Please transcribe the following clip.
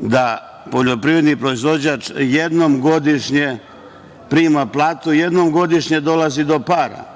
da poljoprivredni proizvođač jednom godišnje prima platu, jednom godišnje dolazi do para,